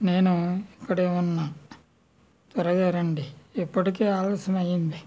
నేను అక్కడే ఉన్నా త్వరగా రండి ఇప్పటికే ఆలస్యమైంది